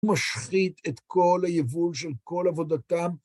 משחית את כל היבול של כל עבודתם.